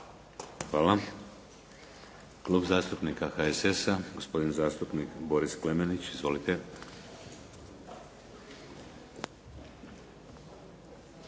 Hvala. Klub zastupnika HSS-a, gospodin zastupnik Boris Klemenić. Izvolite.